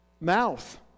mouth